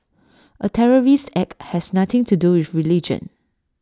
A terrorist act has nothing to do with religion